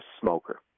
smoker